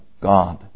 God